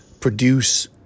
produce